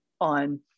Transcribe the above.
on